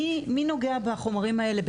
מי נוגע בחומרים האלה,